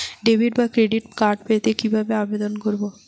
Debit বা credit card পেতে কি ভাবে আবেদন করব?